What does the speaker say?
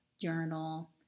journal